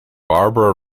barbara